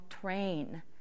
train